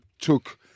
took